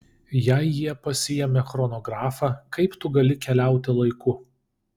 jei jie pasiėmė chronografą kaip tu gali keliauti laiku